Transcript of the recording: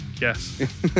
yes